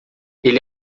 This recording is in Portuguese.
ele